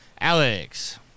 Alex